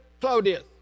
Claudius